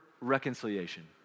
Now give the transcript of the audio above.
reconciliation